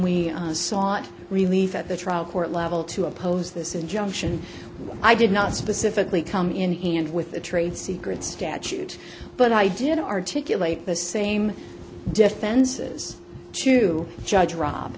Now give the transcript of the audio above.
we saw it relief at the trial court level to oppose this injunction i did not specifically come in and with the trade secret statute but i did articulate the same defenses to judge rob